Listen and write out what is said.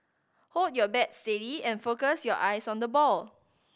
hold your bat steady and focus your eyes on the ball